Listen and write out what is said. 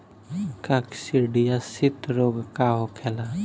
काकसिडियासित रोग का होखेला?